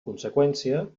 conseqüència